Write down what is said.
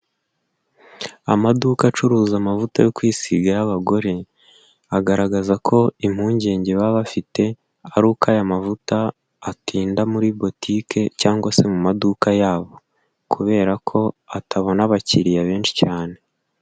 Amaduka acuruza amavuta yo kwisiga y'abagore, agaragaza ko impungenge baba bafite ari uko aya mavuta atinda muri botique cyangwa se mu maduka yabo, kubera ko atabona abakiriya benshi cyane.